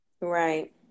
right